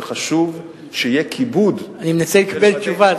וחשוב שיהיה כיבוד אני מנסה לקבל תשובה,